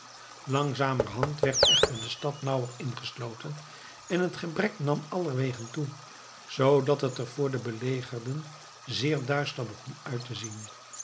langzamerhand echter werd de stad nauwer ingesloten en het gebrek nam allerwegen toe zoodat het er voor de belegerden zeer duister begon uit te zien